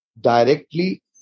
directly